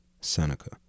Seneca